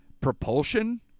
propulsion